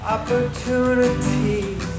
Opportunities